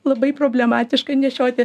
labai problematiška nešioti